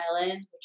island